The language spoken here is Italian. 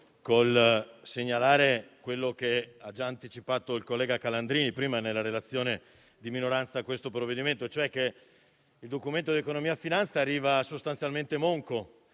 col segnalare quanto già anticipato dal senatore Calandrini nella relazione di minoranza a questo provvedimento: il Documento di economia e finanza arriva sostanzialmente monco,